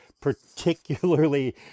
particularly